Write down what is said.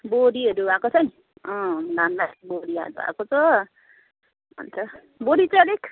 बोडीहरू आएको छ है अँ बोडीहरू आएको छ अन्त बोडी चाहिँ अलिक